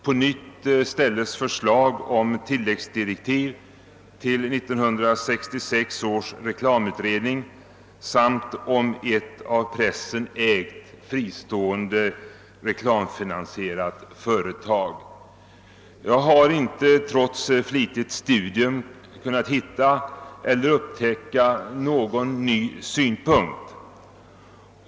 På nytt ställs förslag om tilläggsdirektiv till 1966 års reklamutredning samt om ett av pressen ägt fristående reklamfinansierat företag. Jag har inte trots flitigt studium kunnat upptäcka någon ny synpunkt.